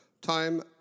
Time